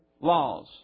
laws